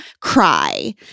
cry